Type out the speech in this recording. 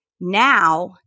now